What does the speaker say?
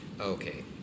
Okay